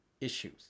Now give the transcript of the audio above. issues